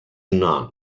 nun